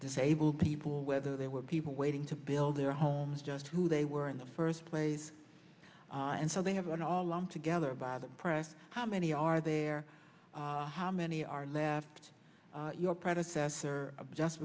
disabled people whether they were people waiting to build their homes just who they were in the first place and so they have been all lumped together by the press how many are there how many are left your predecessor just